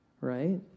right